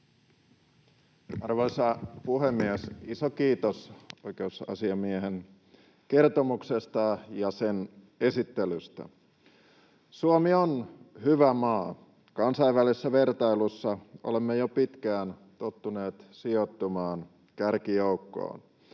Arvoisa puhemies! Iso kiitos oikeusasiamiehen kertomuksesta ja sen esittelystä. Suomi on hyvä maa. Kansainvälisessä vertailussa olemme jo pitkään tottuneet sijoittumaan kärkijoukkoon.